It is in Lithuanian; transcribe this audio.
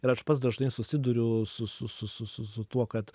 ir aš pats dažnai susiduriu su su su su tuo kad